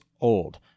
old